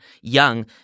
young